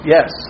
Yes